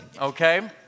okay